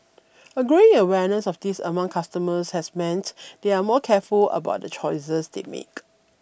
a growing awareness of this among customers has meant they are more careful about the choices they make